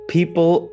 People